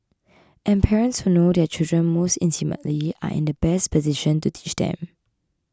and parents who know their children most intimately are in the best position to teach them